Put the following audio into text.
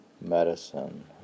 medicine